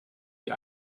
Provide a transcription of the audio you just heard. die